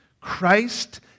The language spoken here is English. Christ